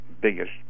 biggest